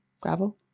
gravel